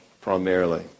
primarily